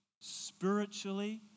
spiritually